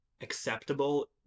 acceptable